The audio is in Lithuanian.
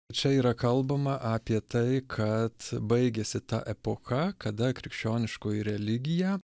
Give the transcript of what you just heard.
čia yra kalbama apie tai kad baigėsi ta epocha tada krikščioniškoji religija